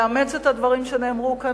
לאמץ את הדברים שנאמרו כאן,